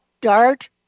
Dart